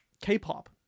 K-pop